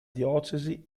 diocesi